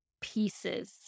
pieces